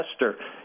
investor